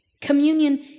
Communion